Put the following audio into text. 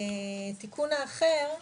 התיקון האחר,